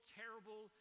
terrible